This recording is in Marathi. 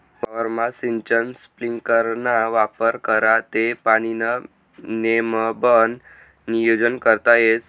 वावरमा सिंचन स्प्रिंकलरना वापर करा ते पाणीनं नेमबन नियोजन करता येस